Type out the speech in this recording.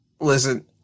listen